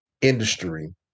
industry